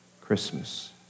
Christmas